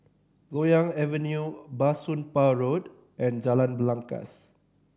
Loyang Avenue Bah Soon Pah Road and Jalan Belangkas